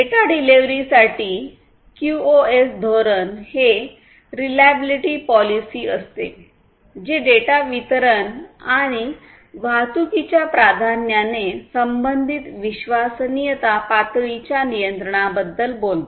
data delivery साठी QoS धोरण हे रिलायबलिटी पॉलिसी असते जे डेटा वितरण आणि वाहतुकीच्या प्राधान्याने संबंधित विश्वसनीयता पातळीच्या नियंत्रणाबद्दल बोलते